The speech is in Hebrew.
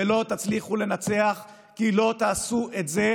ולא תצליחו לנצח כי לא תעשו את זה